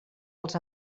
els